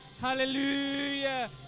hallelujah